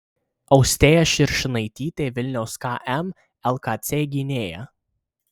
austėja širšinaitytė vilniaus km lkc gynėja